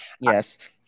Yes